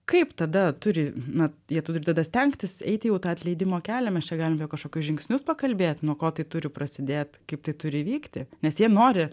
kaip tada turi na jie turi tada stengtis eiti jau tą atleidimo kelią mes čia galim kažkokius žingsnius pakalbėt nuo ko tai turi prasidėt kaip tai turi įvykti nes jie nori